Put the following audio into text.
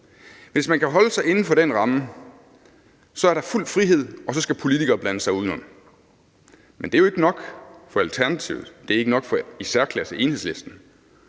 Hvis man kan holde sig inden for den ramme, er der fuld frihed, og så skal politikere blande sig udenom. Men det er ikke nok for Alternativet, og det er i særklasse ikke